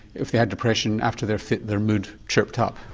if they had depression after their fit, their mood chirped up.